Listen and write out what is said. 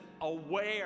aware